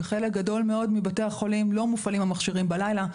בחלק גדול מאוד מבתי החולים לא מופעלים המכשירים בלילה.